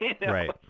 right